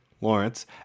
Lawrence